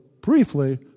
briefly